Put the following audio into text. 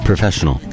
Professional